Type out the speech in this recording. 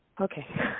Okay